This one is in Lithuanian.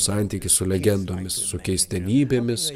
santykis su legendomis su keistenybėmis